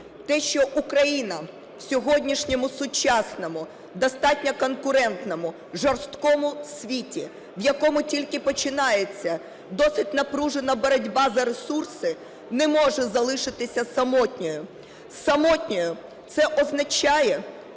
те, що Україна в сьогоднішньому сучасному, достатньо конкурентному, жорсткому світі, в якому тільки починається досить напружена боротьба за ресурси, не може залишитися самотньою. Самотньою – це означає